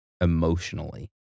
emotionally